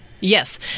Yes